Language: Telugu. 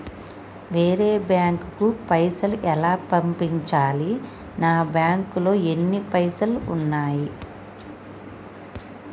వేరే బ్యాంకుకు పైసలు ఎలా పంపించాలి? నా బ్యాంకులో ఎన్ని పైసలు ఉన్నాయి?